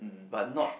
but not